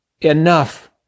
enough